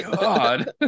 God